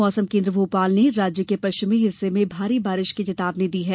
मौसम केन्द्र भोपाल ने राज्य के पश्चिमी हिस्से में भारी बारिश की चेतावनी दी है